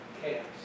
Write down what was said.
Chaos